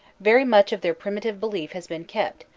very much of their primitive belief has been kept,